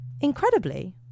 Incredibly